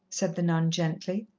said the nun gently.